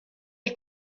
est